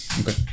okay